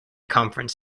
conference